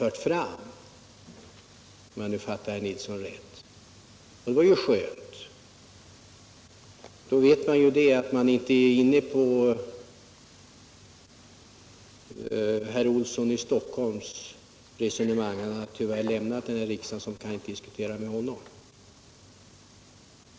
Det var ju skönt att veta att utskottet inte är inne på det resonemang som framfördes av herr Olsson i Stockholm. Han har numera lämnat riksdagen så jag kan inte diskutera med honom.